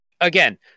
again